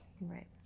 right